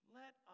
let